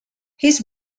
his